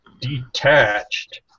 detached